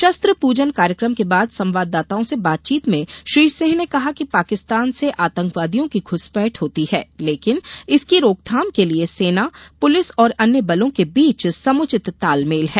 शस्त्र पूजन कार्यक्रम के बाद संवाददाताओं से बातचीत में श्री सिंह ने कहा कि पाकिस्तान से आतंकवादियों की घ्रसपैठ होती है लेकिन इसकी रोकथाम के लिए सेना पूलिस और अन्य बलों के बीच समूचित तालमेल है